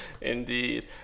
indeed